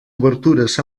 obertures